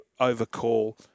overcall